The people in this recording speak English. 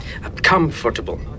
comfortable